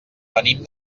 venim